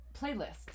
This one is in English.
playlists